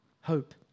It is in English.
hope